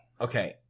Okay